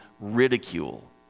ridicule